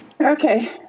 Okay